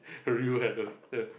I really ya